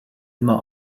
immer